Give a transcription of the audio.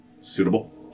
Suitable